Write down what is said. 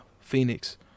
Phoenix